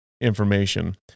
information